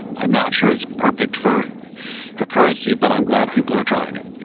i'm not sure it's perfect for for currency, but i'm glad people are trying it.